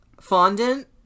Fondant